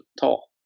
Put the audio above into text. tall